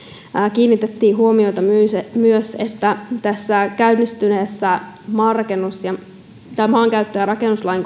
kiinnitettiin huomiota siihen että tämän käynnistyneen maankäyttö ja rakennuslain